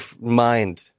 mind